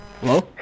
Hello